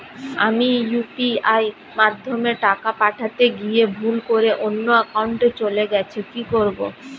আমি ইউ.পি.আই মাধ্যমে টাকা পাঠাতে গিয়ে ভুল করে অন্য একাউন্টে চলে গেছে কি করব?